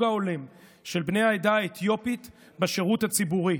ההולם של בני העדה האתיופית בשירות הציבורי.